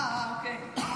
אה, אוקיי.